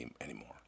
anymore